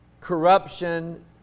corruption